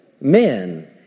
men